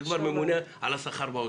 זה כבר הממונה על השכר באוצר.